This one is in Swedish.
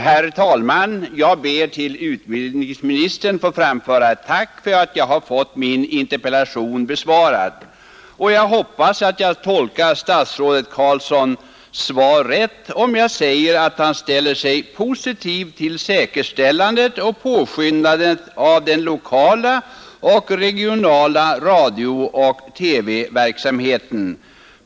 Herr talman! Jag ber att till utbildningsministern få framföra ett tack för svaret på min interpellation. Jag hoppas att jag tolkar statsrådet Carlssons svar rätt om jag säger att han ställer sig positiv till säkerställandet och påskyndandet av den lokala och regionala radio-TV-verksamheten.